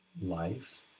life